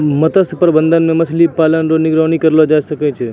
मत्स्य प्रबंधन मे मछली पालन रो निगरानी करलो जाय छै